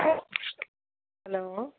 hello